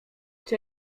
czy